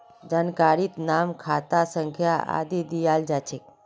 जानकारीत नाम खाता संख्या आदि दियाल जा छेक